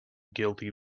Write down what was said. guilty